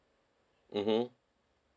mmhmm